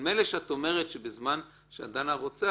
מילא שאת אומרת שבזמן שאת דנה רוצח,